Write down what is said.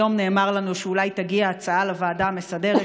היום נאמר לנו שאולי תגיע הצעה לוועדה המסדרת,